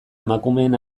emakumeen